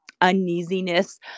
uneasiness